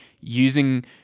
using